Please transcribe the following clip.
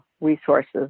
resources